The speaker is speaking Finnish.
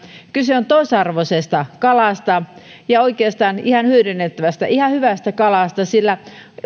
kyse on toisarvoisesta kalasta ja oikeastaan ihan hyödynnettävästä ihan hyvästä kalasta sillä